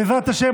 בעזרת השם,